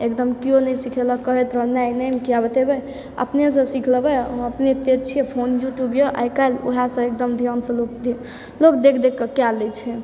एकदम कियो नहि सीखेलक कहैत रहलियै नहि नहि हम किया बतेबौ अपनेसँ सीख लेबै हम अपने तेज छियै फोन यूट्यूब यऽ आइकाल्हि वएह सँ एकदम ध्यान सँ लोक देख लोक देख देख के कए लै छै